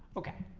okay